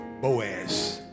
Boaz